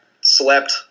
slept